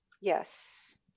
Yes